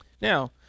Now